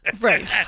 Right